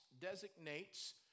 designates